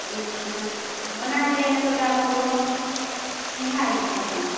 ᱮᱱᱠᱷᱟᱱ ᱚᱱᱟᱛᱮ ᱱᱤᱛᱚᱜ ᱫᱚ ᱟᱵᱚ ᱫᱚ ᱪᱮᱸᱜᱷᱟᱜ ᱦᱩᱭᱩᱜ ᱛᱟᱵᱚᱱᱟ